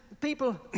people